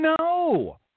No